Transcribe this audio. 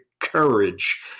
courage